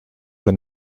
when